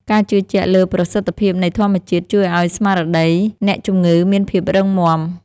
ការជឿជាក់លើប្រសិទ្ធភាពនៃធម្មជាតិ ជួយឱ្យស្មារតីអ្នកជំងឺមានភាពរឹងមាំ។